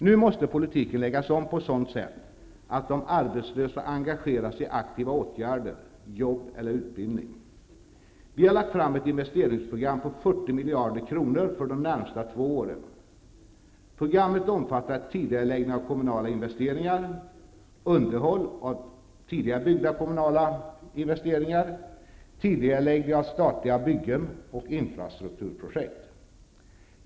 Nu måste politiken läggas om på ett sådant sätt att de arbetslösa engageras i aktiva åtgärder, jobb eller utbildning. Vi har lagt fram ett investeringsprogram på 40 miljarder kronor för de närmsta två åren. Programmet omfattar tidigareläggning av kommunala investeringar, underhåll av tidigare gjorda kommunala investeringar, tidigareläggning av statliga byggen och infrastrukturprojekt.